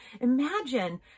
Imagine